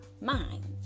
minds